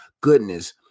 goodness